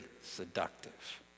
seductive